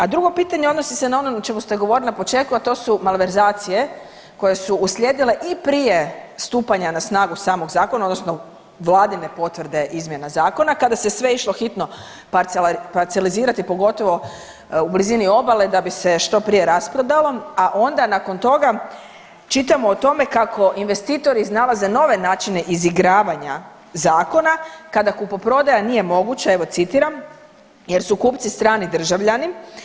A drugo pitanje odnosi se na ono o čemu ste govorili na početku, a to su malverzacije koje su uslijedile i prije stupanja na snagu samog zakona, odnosno Vladine potvrde izmjena zakona kada se sve išlo hitno parcelizirati pogotovo u blizini obale, da bi se što prije rasprodalo a onda nakon toga čitamo o tome kako investitori iznalaze nove načine izigravanja zakona kada kupoprodaja nije moguća evo citiram jer su kupci strani državljani.